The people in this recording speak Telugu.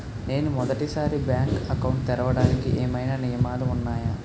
నేను మొదటి సారి బ్యాంక్ అకౌంట్ తెరవడానికి ఏమైనా నియమాలు వున్నాయా?